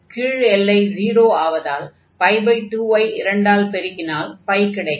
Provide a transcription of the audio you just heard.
கீழ் எல்லை 0 ஆவதால் 2 ஐ இரண்டால் பெருக்கினால் கிடைக்கும்